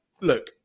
look